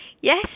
yes